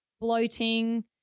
bloating